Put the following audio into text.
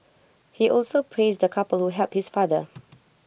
he also praised the couple helped his father